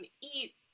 eat